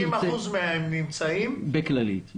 50% מהם נמצאים בכללית,